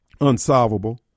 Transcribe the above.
unsolvable